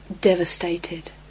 devastated